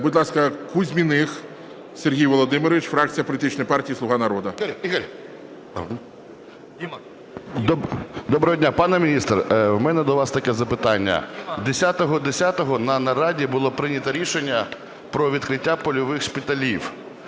Будь ласка, Кузьміних Сергій Володимирович, фракція політичної партії "Слуга народу". 10:55:31 КУЗЬМІНИХ С.В. Доброго дня! Пане міністре, у мене до вас таке запитання. 10.10 на нараді було прийнято рішення про відкриття польових шпиталів.